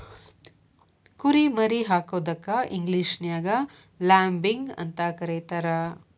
ಕುರಿ ಮರಿ ಹಾಕೋದಕ್ಕ ಇಂಗ್ಲೇಷನ್ಯಾಗ ಲ್ಯಾಬಿಂಗ್ ಅಂತ ಕರೇತಾರ